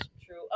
True